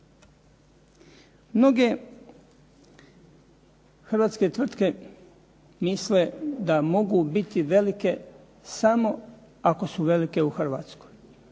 Mnoge hrvatske tvrtke misle da mogu biti velike samo ako su velike u Hrvatskoj